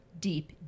deep